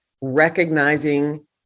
recognizing